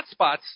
hotspots